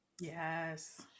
yes